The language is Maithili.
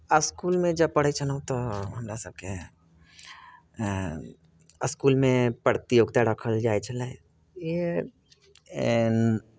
इस्कुलमे जब पढ़ै छलहुँ तऽ हमरासभके इस्कुलमे प्रतियोगिता राखल जाइ छलै